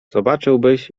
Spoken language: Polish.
zobaczyłbyś